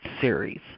series